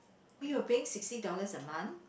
we were paying sixty dollars a month